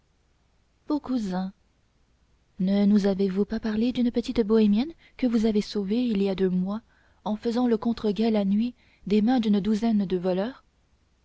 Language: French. beau cousin ne nous avez-vous pas parlé d'une petite bohémienne que vous avez sauvée il y a deux mois en faisant le contre guet la nuit des mains d'une douzaine de voleurs